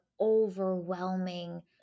overwhelming